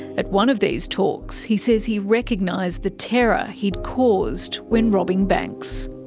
at one of these talks he says he recognised the terror he'd caused when robbing banks.